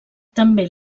també